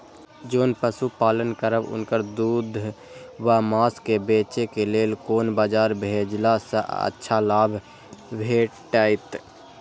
जोन पशु पालन करब उनकर दूध व माँस के बेचे के लेल कोन बाजार भेजला सँ अच्छा लाभ भेटैत?